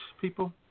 people